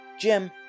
Jim